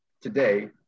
today